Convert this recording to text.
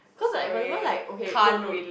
cause like I remember like no no